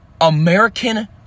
American